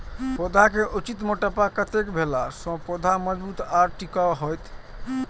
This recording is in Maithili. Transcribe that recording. पौधा के उचित मोटापा कतेक भेला सौं पौधा मजबूत आर टिकाऊ हाएत?